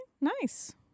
Nice